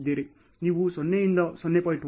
ನೀವು 0 ರಿಂದ 0